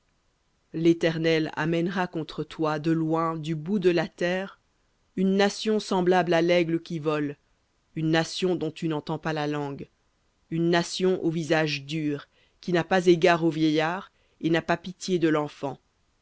l'éternel amènera contre toi de loin du bout de la terre une nation semblable à l'aigle qui vole une nation dont tu n'entends pas la langue une nation au visage dur qui n'a pas égard au vieillard et n'a pas pitié de l'enfant